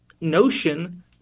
notion